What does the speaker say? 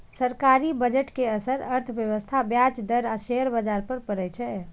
सरकारी बजट के असर अर्थव्यवस्था, ब्याज दर आ शेयर बाजार पर पड़ै छै